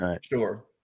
Sure